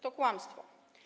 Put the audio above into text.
To kłamstwo.